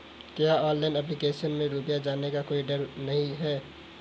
क्या online application में रुपया जाने का कोई डर तो नही है?